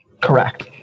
Correct